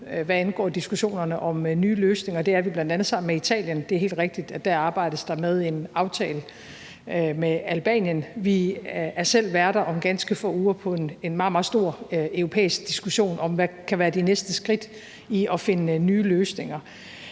hvad angår diskussionerne om nye løsninger. Det er vi bl.a. sammen med Italien. Det er helt rigtigt, at dér arbejdes der med en aftale med Albanien. Vi er om ganske få uger selv værter ved en meget, meget stor europæisk diskussion om, hvad der kan være de næste skridt imod at finde nye løsninger.